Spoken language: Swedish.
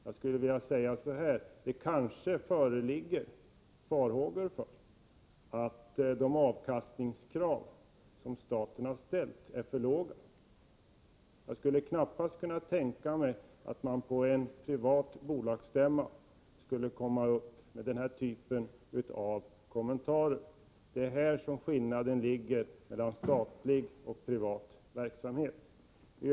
Jag skulle vilja säga: Det kanske föreligger farhågor för att de avkastningskrav som staten har ställt är för låga. Jag kan knappast tänka mig att den typen av kommentarer skulle göras på en privat bolagsstämma — det är här som skillnaden mellan statlig och privat verksamhet ligger.